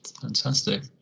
Fantastic